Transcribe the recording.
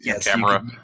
camera